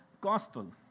gospel